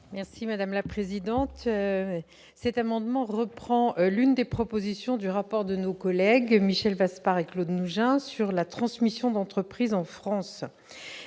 Merci madame la présidente, cet amendement reprend l'une des propositions du rapport de nos collègues Michel passe par Claude nous assure la transmission d'entreprise en France